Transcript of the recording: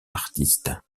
artiste